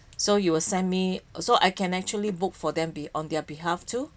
so you will send me uh so I can actually booked for them on their behalf too